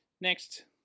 Next